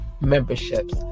memberships